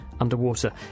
underwater